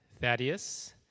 Thaddeus